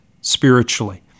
spiritually